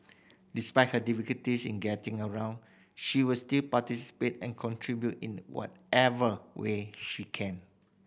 despite her difficulties in getting around she will still participate and contribute in whatever way she can